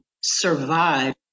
survive